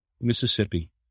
Mississippi